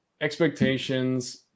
expectations